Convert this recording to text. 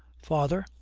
father,